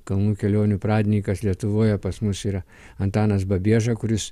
kalnų kelionių pradininkas lietuvoje pas mus yra antanas babieža kuris